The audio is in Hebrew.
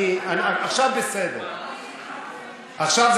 עכשיו זה בסדר.